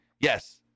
Yes